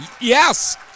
Yes